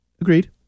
Agreed